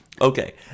Okay